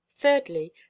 thirdly